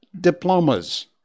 diplomas